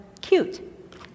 cute